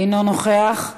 אינו נוכח,